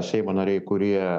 seimo nariai